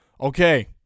Okay